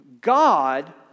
God